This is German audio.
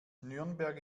nürnberg